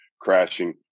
crashing